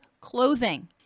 clothing